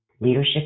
Leadership